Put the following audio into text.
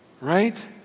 right